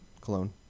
cologne